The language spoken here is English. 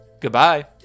Goodbye